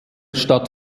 stadt